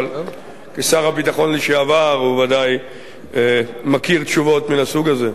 אבל כשר הביטחון לשעבר הוא ודאי מכיר תשובות מן הסוג הזה.